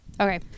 Okay